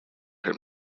him